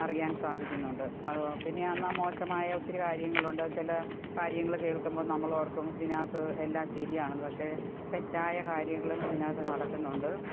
അറിയാൻ സാധിക്കുന്നുണ്ട് അത് പിന്നെ എന്നാൽ മോശമായ ഒത്തിരി കാര്യങ്ങളുണ്ട് ചില കാര്യങ്ങൾ കേൾക്കുമ്പം നമ്മളോർക്കും ഇതിനകത്ത് എല്ലാം ശരിയാണെന്ന് പക്ഷേ തെറ്റായ കാര്യങ്ങളും ഇതിനകത്ത് നടക്കുന്നുണ്ട്